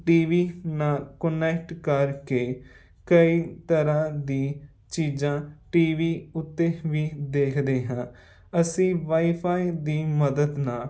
TV ਨਾਲ connect ਕਰਕੇ ਕਈ ਤਰ੍ਹਾਂ ਦੀ ਚੀਜ਼ਾਂ ਟੀਵੀ ਉੱਤੇ ਵੀ ਦੇਖਦੇ ਹਾਂ ਅਸੀਂ ਵਾਈਫਾਈ ਦੀ ਮਦਦ ਨਾਲ